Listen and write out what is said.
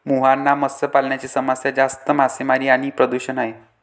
मुहाना मत्स्य पालनाची समस्या जास्त मासेमारी आणि प्रदूषण आहे